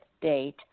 date